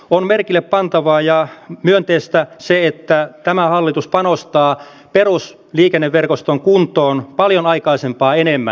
on merkille pantavaa ja myönteistä se että tämä hallitus panostaa perusliikenneverkoston kuntoon paljon aikaisempaa enemmän